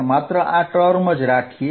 અને માત્ર આ ટર્મ જ રાખીએ